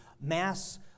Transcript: mass